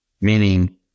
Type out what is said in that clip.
meaning